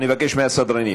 אני מבקש מהסדרנים.